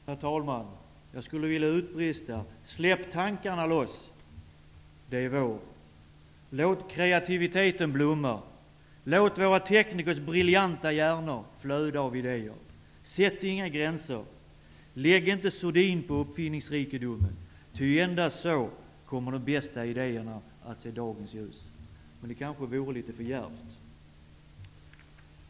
Herr talman! Jag skulle vilja utbrista: Släpp tankarna loss det är vår! Låt kreativiteten blomma! Låt våra teknikers briljanta hjärnor flöda av idéer! Sätt inga gränser! Lägg inte sordin på uppfinningsrikedomen, ty endast så kommer de bästa idéerna att se dagens ljus. Men det vore kanske litet för djärvt.